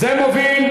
זה מוביל,